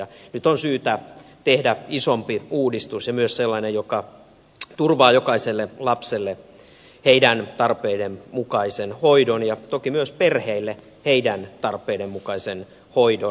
nyt on syytä tehdä isompi uudistus ja myös sellainen joka turvaa jokaiselle lapselle heidän tarpeidensa mukaisen hoidon ja toki myös perheille heidän tarpeidensa mukaisen hoidon